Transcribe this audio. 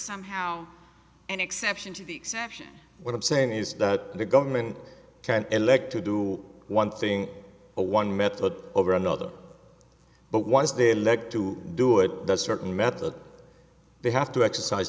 somehow an exception to the exception what i'm saying is that the government can elect to do one thing or one method over another but was there to do it that certain method they have to exercise